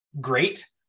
great